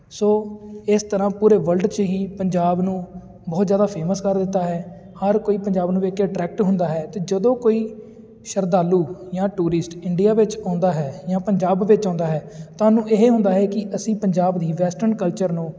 ਸੋ ਇਸ ਤਰ੍ਹਾਂ ਪੂਰੇ ਵਰਲਡ 'ਚ ਹੀ ਪੰਜਾਬ ਨੂੰ ਬਹੁਤ ਜ਼ਿਆਦਾ ਫੇਮਸ ਕਰ ਦਿੱਤਾ ਹੈ ਹਰ ਕੋਈ ਪੰਜਾਬ ਨੂੰ ਵੇਖ ਕੇ ਅਟਰੈਕਟ ਹੁੰਦਾ ਹੈ ਅਤੇ ਜਦੋਂ ਕੋਈ ਸ਼ਰਧਾਲੂ ਜਾਂ ਟੂਰਿਸਟ ਇੰਡੀਆ ਵਿੱਚ ਆਉਂਦਾ ਹੈ ਜਾਂ ਪੰਜਾਬ ਵਿੱਚ ਆਉਂਦਾ ਹੈ ਤਾਂ ਉਹਨੂੰ ਇਹ ਹੁੰਦਾ ਹੈ ਕਿ ਅਸੀਂ ਪੰਜਾਬ ਦੀ ਵੈਸਟਰਨ ਕਲਚਰ ਨੂੰ